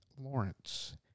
Lawrence